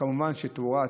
כמובן תאורה,